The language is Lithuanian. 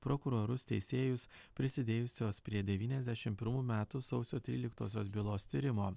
prokurorus teisėjus prisidėjusios prie devyniasdešim pirmų metų sausio tryliktosios bylos tyrimo